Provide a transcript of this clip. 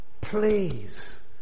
Please